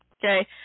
Okay